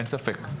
אין ספק בזה.